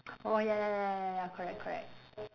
oh ya ya ya ya ya correct correct